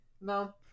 no